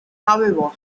however